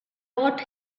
what